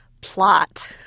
plot